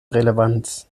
relevanz